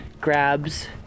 grabs